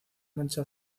mancha